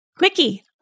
Mickey